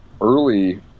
early